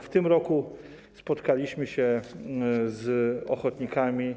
W tym roku spotkaliśmy się z ochotnikami.